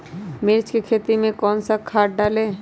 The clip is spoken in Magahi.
मिर्च की खेती में कौन सा खाद डालें?